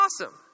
awesome